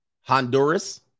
Honduras